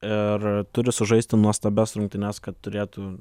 ir turi sužaisti nuostabias rungtynes kad turėtų